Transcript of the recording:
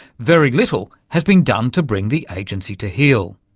very little has been done to bring the agency to heel.